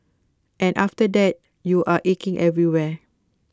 and after that you're aching everywhere